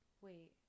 Wait